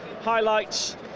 highlights